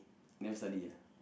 never study ah